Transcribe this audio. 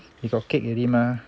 you got cake already mah